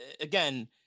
again